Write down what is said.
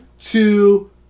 two